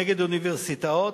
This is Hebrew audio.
נגד אוניברסיטאות,